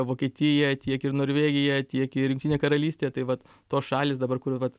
vokietija tiek ir norvegija tiek ir jungtinė karalystė tai vat tos šalys dabar kur ir vat